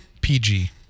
PG